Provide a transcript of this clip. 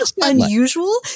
unusual